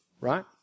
right